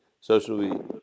socially